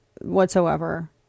whatsoever